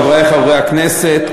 חברי חברי הכנסת,